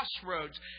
crossroads